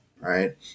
right